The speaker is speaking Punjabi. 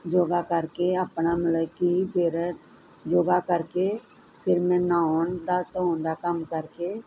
ਯੋਗਾ ਕਰਕੇ ਆਪਣਾ ਮਤਲਬ ਕੀ ਫੇਰ ਯੋਗਾ ਕਰਕੇ ਫਿਰ ਮੈਂ ਨੌਣ ਦਾ ਧੋਣ ਦਾ ਕੰਮ ਕਰਕੇ